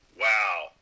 Wow